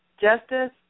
justice